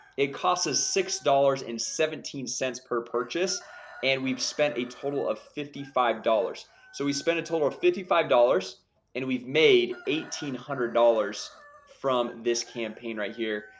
it costs us six dollars and seventeen cents per purchase and we've spent a total of fifty five dollars so we spent a total of fifty five dollars and we've made eighteen hundred dollars from this campaign right here.